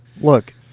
Look